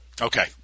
okay